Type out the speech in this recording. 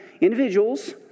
individuals